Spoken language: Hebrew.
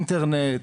אינטרנט,